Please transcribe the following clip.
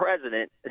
president